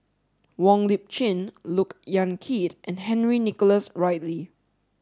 Wong Lip Chin Look Yan Kit and Henry Nicholas Ridley